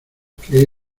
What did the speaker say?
que